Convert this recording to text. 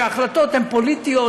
שההחלטות הן פוליטיות,